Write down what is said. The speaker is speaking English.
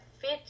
fit